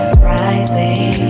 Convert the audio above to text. brightly